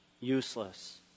useless